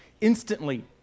instantly